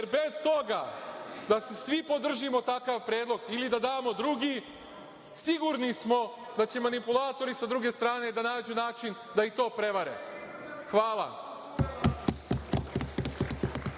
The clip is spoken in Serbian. jer bez toga da svi podržimo takav predlog ili da damo drugi sigurni smo da će manipulatori sa druge strane da nađu način da i to prevare. Hvala.